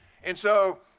and so,